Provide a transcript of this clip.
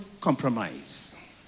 compromise